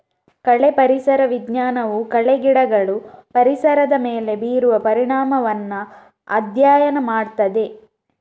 ಕಳೆ ಪರಿಸರ ವಿಜ್ಞಾನವು ಕಳೆ ಗಿಡಗಳು ಪರಿಸರದ ಮೇಲೆ ಬೀರುವ ಪರಿಣಾಮವನ್ನ ಅಧ್ಯಯನ ಮಾಡ್ತದೆ